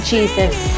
Jesus